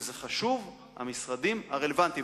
אם זה חשוב, המשרדים הרלוונטיים.